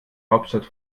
hauptstadt